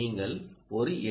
நீங்கள் ஒரு எல்